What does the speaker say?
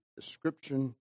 description